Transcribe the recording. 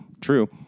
True